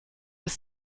bis